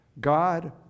God